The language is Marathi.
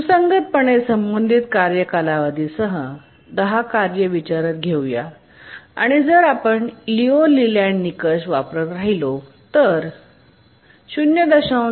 सुसंगत पणे संबंधित कार्य कालावधीसह 10 कार्ये विचारात घेऊ या आणि जर आपण लिऊ लेलँड निकष वापरत राहिलो तर ०